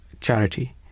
charity